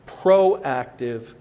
proactive